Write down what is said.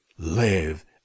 live